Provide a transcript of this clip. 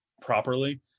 properly